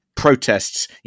Protests